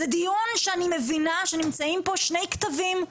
זה דיון שאני מבינה שנמצאים פה שני קטבים,